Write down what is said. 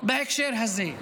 בהקשר הזה.